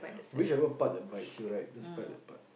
whichever part that bites you right just bite that part